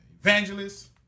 evangelist